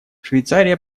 швейцария